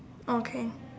okay